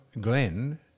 Glenn